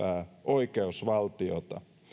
oikeusvaltiota